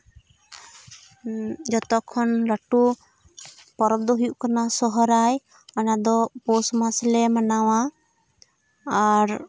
ᱡᱚᱛᱚ ᱠᱷᱚᱱ ᱞᱟᱴᱩ ᱯᱚᱨᱚᱵ ᱫᱚ ᱦᱩᱭᱩᱜ ᱠᱟᱱᱟ ᱥᱚᱦᱨᱟᱭ ᱚᱱᱟ ᱫᱚ ᱯᱳᱥ ᱢᱟᱥᱞᱮ ᱢᱟᱱᱟᱣᱟ ᱟᱨ